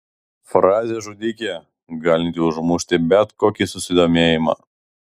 frazė žudikė galinti užmušti bet kokį susidomėjimą